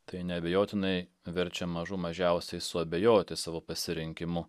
tai neabejotinai verčia mažų mažiausiai suabejoti savo pasirinkimu